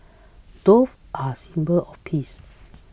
doves are symbol of peace